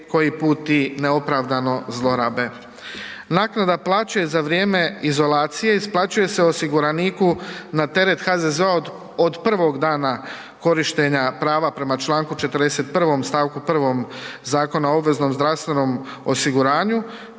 koji put i neopravdano zlorabe. Naknada plaće za vrijeme izolacije isplaćuje se osiguraniku na teret HZZO-a od prvog dana korištenja prava prema čl. 41. st. 1. Zakona o obveznom zdravstvenom osiguranju